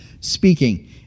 speaking